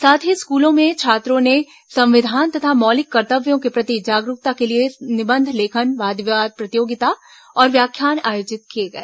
साथ ही स्कूलों में छात्रों में संविधान तथा मौलिक कर्तव्यों के प्रति जागरूकता के लिए निबंध लेखन वाद विवाद प्रतियोगिता और व्याख्यान आयोजित किए गए